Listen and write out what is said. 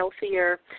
healthier